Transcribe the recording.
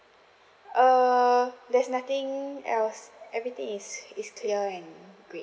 err there's nothing else everything is is clear and great